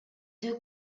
deux